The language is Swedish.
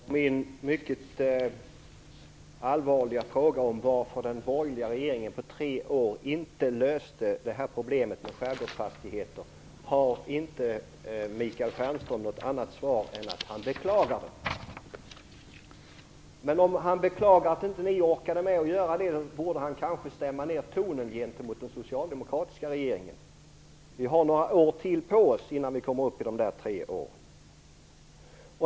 Fru talman! På min mycket allvarliga fråga om varför den borgerliga regeringen på tre år inte löste problemet med skärgårdsfastigheter har Michael Stjernström inget annat svar än att han beklagar det. Men om han beklagar att man inte orkade med att göra det borde han kanske stämma ner tonen gentemot den socialdemokratiska regeringen. Vi har några år till på oss innan vi kommer upp i tre år.